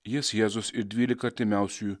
jis jėzus ir artimiausiųjų